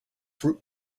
fruit